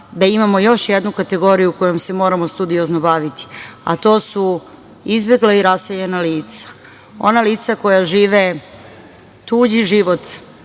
da imamo još jednu kategoriju kojom se moramo studiozno baviti, a to su izbegla i raseljena lica, ona lica koja žive tuđi život